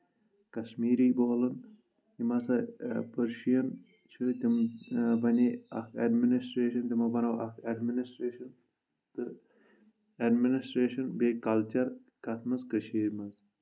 کشمیٖری بولنہٕ یِم ہَسا پٔرشِیَن چھِ تِم بَنے اَکھ ایڈمِنِسٹریشن تِمو بنوو اَکھ ایڈمِنسٹریشن تہٕ ایڈمِنِسٹریشن بیٚیہِ کَلچَر کَتھ منٛز کٔشیٖر منٛز